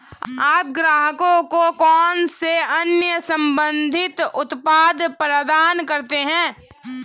आप ग्राहकों को कौन से अन्य संबंधित उत्पाद प्रदान करते हैं?